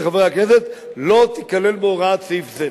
חברי הכנסת לא תיכלל בהוראת סעיף זה.